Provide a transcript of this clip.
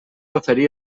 oferir